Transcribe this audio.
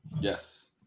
Yes